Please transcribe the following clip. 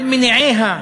על מניעיה.